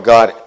God